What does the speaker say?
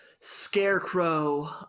Scarecrow